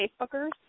Facebookers